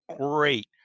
great